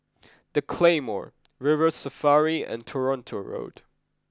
the Claymore River Safari and Toronto Road